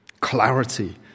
clarity